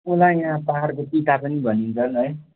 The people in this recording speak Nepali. उनलाई यहाँ पाहाडको पिता पनि भनिन्छन् है